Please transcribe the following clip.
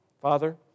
Father